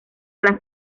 las